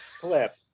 clip